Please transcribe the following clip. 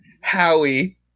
Howie